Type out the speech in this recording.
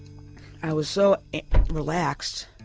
i was so relaxed